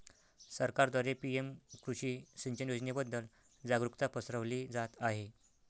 सरकारद्वारे पी.एम कृषी सिंचन योजनेबद्दल जागरुकता पसरवली जात आहे